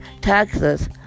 taxes